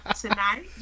tonight